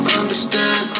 understand